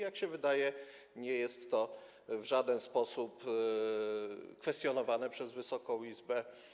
Jak się wydaje, nie jest to w żaden sposób kwestionowane przez Wysoką Izbę.